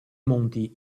monti